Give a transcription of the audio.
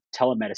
telemedicine